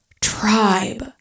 tribe